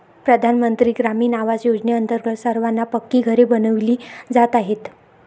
प्रधानमंत्री ग्रामीण आवास योजनेअंतर्गत सर्वांना पक्की घरे बनविली जात आहेत